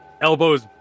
elbows